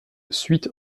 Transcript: suite